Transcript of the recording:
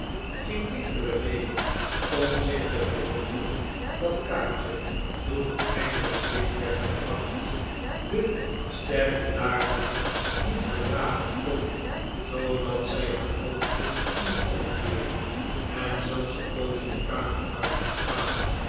den schoorsteen reden om zich te verwonderen dat kaatje toen er eindelijk licht werd gebracht de sterkte daarvan niet verdragen kon zoodat zij haar hoofdje moest omkeeren en zelfs een poosje de kamer uit moest gaan